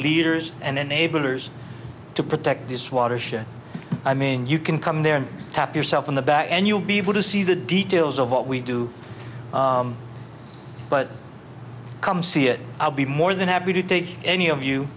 leaders and neighbors to protect this watershed i mean you can come there and tap yourself on the back and you'll be able to see the details of what we do but come see it be more than happy to take any of you